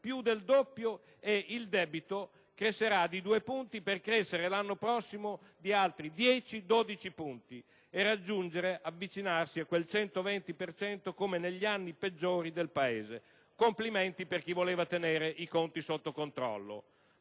più del doppio, ed il debito crescerà di 2 punti, per aumentare l'anno prossimo di altri 10-12 punti e avvicinarsi al 120 per cento, come negli anni peggiori del Paese. Complimenti per chi voleva tenere i conti sotto controllo!